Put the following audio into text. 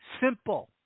Simple